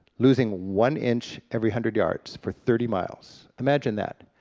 losing one inch every hundred yards for thirty miles, imagine that.